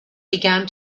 began